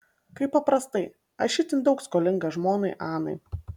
kaip paprastai aš itin daug skolingas žmonai anai